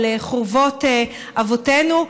על חורבות אבותינו,